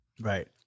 Right